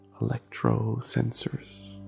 electro-sensors